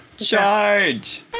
Charge